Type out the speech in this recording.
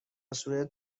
صورت